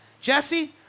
Jesse